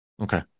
Okay